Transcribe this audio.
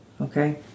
Okay